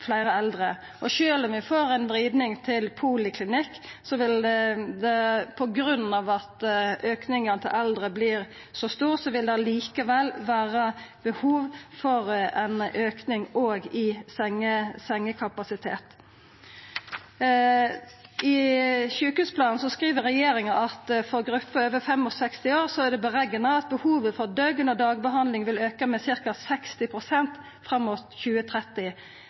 får ei vriding til poliklinikk på grunn av at auken i talet på eldre vert så stor, vil det likevel vera behov for ein auke òg i sengekapasiteten. I sjukehusplanen skriv regjeringa at det for grupper over 65 år er berekna at behovet for døgn- og dagbehandling vil auka med ca. 60 pst. fram mot 2030.